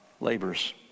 labors